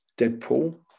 Deadpool